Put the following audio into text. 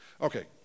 Okay